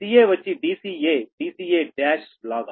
ca వచ్చి dcadca1 లాగా